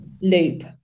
loop